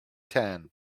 tan